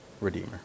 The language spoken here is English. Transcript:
Redeemer